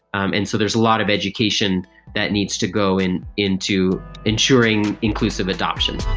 um and so there's a lot of education that needs to go in into ensuring inclusive adoption.